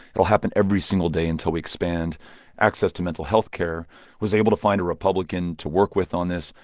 it will happen every single day until we expand access to mental health care i was able to find a republican to work with on this.